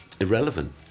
irrelevant